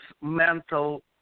mental